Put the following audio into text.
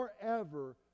forever